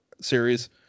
series